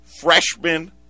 freshman